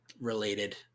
related